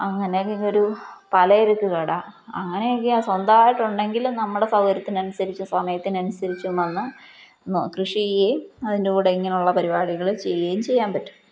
അങ്ങനെയൊക്കെ ഒരു പലചരക്കു കട അങ്ങനെയൊക്കെ സ്വന്തമായിട്ടുണ്ടെങ്കില് നമ്മുടെ സൗകര്യത്തിനനുസരിച്ച് സമയത്തിനനുസരിച്ചും വന്നു കൃഷി ചെയ്യുകയും അതിൻ്റെ കൂടെ ഇങ്ങനെയുള്ള പരിപാടികള് ചെയ്യുകയും ചെയ്യാൻ പറ്റും